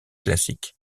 classique